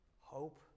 hope